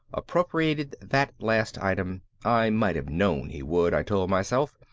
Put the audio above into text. appropriated that last item i might have known he would, i told myself.